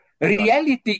Reality